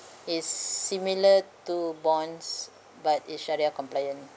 is similar to bonds but is syariah compliant